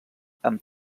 amb